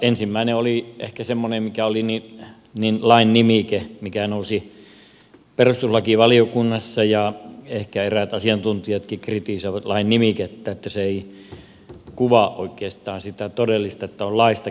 ensimmäinen mikä nousi perustusvaliokunnassa oli lain nimike ja ehkä eräät asiantuntijatkin kritisoivat lain nimikettä sitä että se ei kuvaa oikeastaan sitä todellista että on laista kysymys